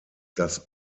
dass